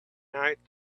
night